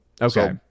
Okay